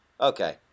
Okay